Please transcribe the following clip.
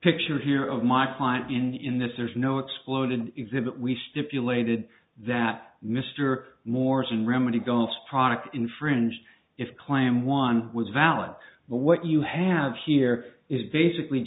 picture here of my client and in this there is no exploded exhibit we stipulated that mr morrison remedy gulfs product infringed if claim one was valid but what you have here is basically